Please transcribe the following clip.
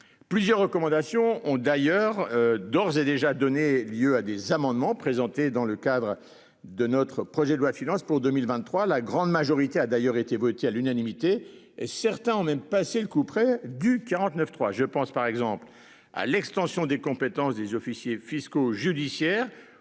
plusieurs recommandations ont d'ailleurs d'ores et déjà donné lieu à des amendements présentés dans le cadre de notre projet de loi de finances pour 2023, la grande majorité a d'ailleurs été voté à l'unanimité et certains ont même passé le couperet du 49.3 je pense par exemple à l'extension des compétences des officiers fiscaux judiciaires